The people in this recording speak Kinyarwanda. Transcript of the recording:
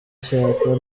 ishyaka